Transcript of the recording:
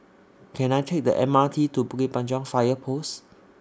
Can I Take The M R T to Bukit Panjang Fire Post